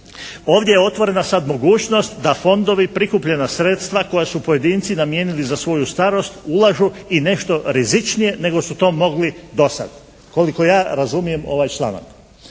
ovdje je otvorena sada mogućnost da fondovi prikupljena sredstva koja su pojedinci namijenili za svoju starost ulažu i nešto rizičnije nego su to mogli do sada, koliko ja razumijem ovaj članak.